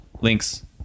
links